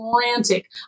frantic